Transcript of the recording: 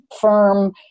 firm